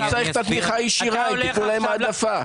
לא צריך את התמיכה הישירה, תנו להם העדפה.